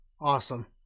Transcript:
Awesome